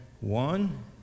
One